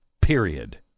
period